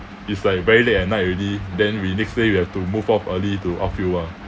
it's like very late at night already then we next day we have to move off early to outfield ah